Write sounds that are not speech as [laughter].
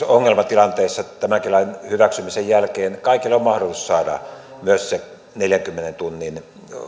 [unintelligible] ongelmatilanteissa tämänkin lain hyväksymisen jälkeen kaikilla on mahdollisuus saada myös se neljänkymmenen tunnin